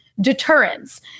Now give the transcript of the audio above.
deterrence